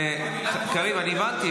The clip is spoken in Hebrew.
--- קריב, אני הבנתי.